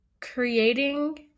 creating